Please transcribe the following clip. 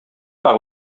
par